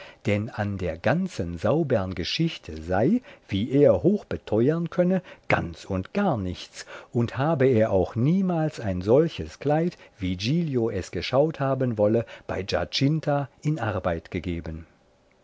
denn an der ganzen saubern geschichte sei wie er hoch beteuern könne ganz und gar nichts und habe er auch niemals ein solches kleid wie giglio es geschaut haben wolle bei giacinta in arbeit gegeben